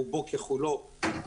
רובו ככולו,